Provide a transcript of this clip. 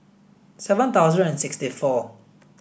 seven thousand and sixty four